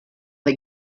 the